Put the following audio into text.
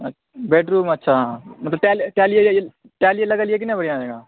bed room अच्छा मतलब tiles लागल यऽ ने बढिऑं जेना